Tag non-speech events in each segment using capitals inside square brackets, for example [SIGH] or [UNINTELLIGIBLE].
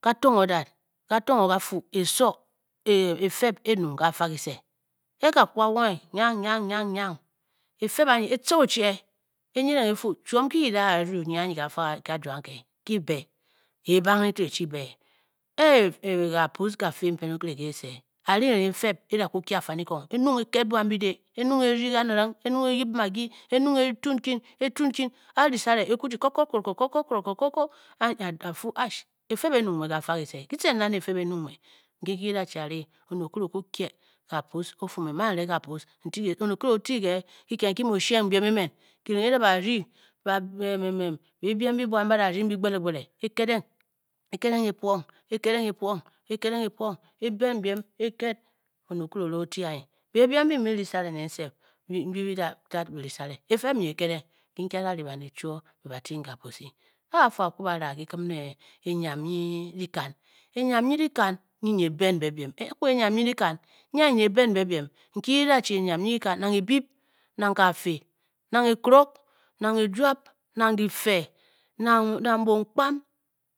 Ka tongh o dat, ka tongh o kafu [UNINTELLIGIBLE] efeb e-nyung ke kafa kese. e ka kwu ka a a-wonge nyiang nyiang nyiang, efeb anyi e tca oche e nyidding e fu chiom nki ki da ru nyi anyi kafa kaju anke kii- be, e e banghe to o e chi be. e e kaapus ka fe mpen okire kese. a ri erenghe efeb e da kwu kyi afanikong, e nyung e ked buan bide, e nyung e ryi kaniring, e nyung e-ryi magi, e nyung e-tud nkin, e tud nkin a ri sare, a e kwu chi kokokokoko anyi a fu ash, efeb e- nyung kafa kise, ki tcen na ne efeb e nyung nyin. nkyi nki ki da chi a ri oned okire okwu kie kaapus o fu mme mman n re kaapus n ti ke, oned okire o ti ke kiked nki mu o sheng biem emen kireng e da ba rdyi biibiem mbi buan ba da rdyi mbi boogbelegbele, e kedeng, e kedeng e pwo, e kedeng e pwo, e kedeng e pwo, e ben biem, e ked oned okire o re o ti anyi, biibiem mbi bi mu bi rii sare nen sef byi bi da tad bi ri sare, efeb nyi e kedeng, nki ke a da ri baned chwoo ba ting kaapusi a a fu a-ku a ba raa kyi kim ne enyam nyi Dyikan, enyam nyi dikan nyi nyi e ben be biem, [UNINTELLIGIBLE] enyam nyi dikan, nyi anyi nyi e ben be biem nki nki ki da chi enyam nyi dikan, nang ebyip, nang kaafi, nang ekrog, nang ejwab, nang dyife. nang nang boomkpam.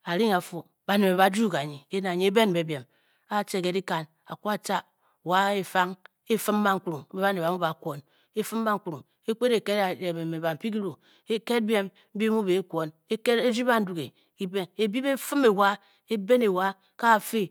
a ring a fu baned mbe ba juung kanyi, ke na nyi e ben mbe biem. a atce ke dikan a kwu a tca, wa efang e fum bankurung mbe baned ba-mu baa-kwon e fum bankurung ekped eked ba npyi kyiru, e ked biem mbi bi mu be e-kwon e ryi banduge, ebyib e fum ewa, e ben ewa, kaafe